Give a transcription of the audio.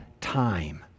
time